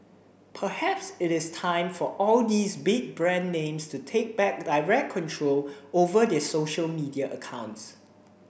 perhaps it is time for all these big brand names to take back direct control over their social media accounts